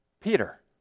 Peter